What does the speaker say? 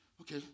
Okay